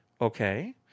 okay